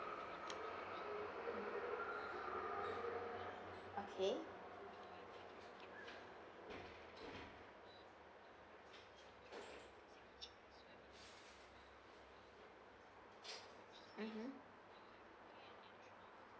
okay hmm